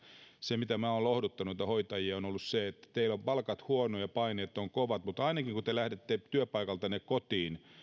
se millä minä olen lohduttanut näitä hoitajia on ollut se että teillä on palkat huonot ja paineet ovat kovat mutta ainakin kun te lähdette työpaikaltanne kotiin